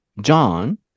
John